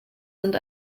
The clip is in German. sind